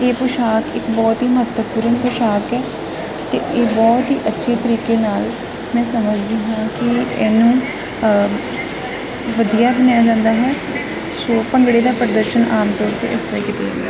ਇਹ ਪੁਸ਼ਾਕ ਇੱਕ ਬਹੁਤ ਹੀ ਮਹੱਤਵਪੂਰਨ ਪੁਸ਼ਾਕ ਹੈ ਅਤੇ ਇਹ ਬਹੁਤ ਹੀ ਅੱਛੇ ਤਰੀਕੇ ਨਾਲ ਮੈਂ ਸਮਝਦੀ ਹਾਂ ਕਿ ਇਹਨੂੰ ਵਧੀਆ ਮੰਨਿਆ ਜਾਂਦਾ ਹੈ ਸੋ ਭੰਗੜੇ ਦਾ ਪ੍ਰਦਰਸ਼ਨ ਆਮ ਤੌਰ 'ਤੇ ਇਸ ਤਰੀਕੇ ਦੇ